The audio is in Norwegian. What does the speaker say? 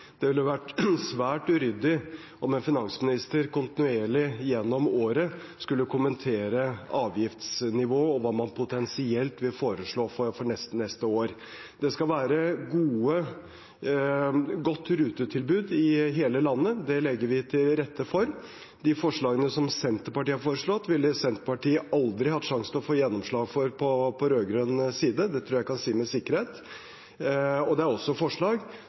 Det ville vært svært uryddig om en finansminister kontinuerlig gjennom året skulle kommentere avgiftsnivå og hva man potensielt ville foreslå for neste år. Det skal være et godt rutetilbud i hele landet. Det legger vi til rette for. De forslagene som Senterpartiet har kommet med, ville Senterpartiet aldri hatt sjanse til å få gjennomslag for på rød-grønn side, det tror jeg jeg kan si med sikkerhet. Det er også forslag